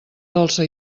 dolça